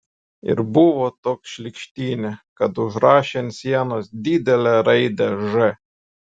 ir buvo toks šlykštynė kad užrašė ant sienos didelę raidę ž